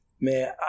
man